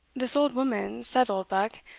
this old woman, said oldbuck,